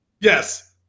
Yes